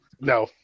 No